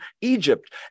egypt